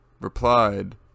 replied